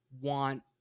want